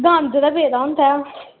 गंद ते पेदा होंदा ऐ